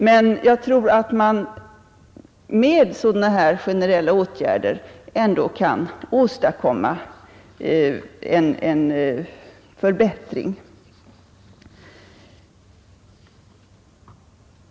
Men jag tror ändå att man med sådana här generella åtgärder kan åstadkomma en förbättring.